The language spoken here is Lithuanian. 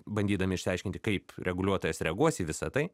bandydami išsiaiškinti kaip reguliuotojas reaguos į visa tai